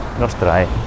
nostrae